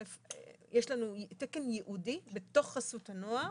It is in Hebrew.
יש לנו תקן ייעודי בתוך חסות הנוער,